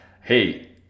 hey